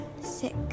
Sick